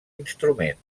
instrument